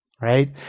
right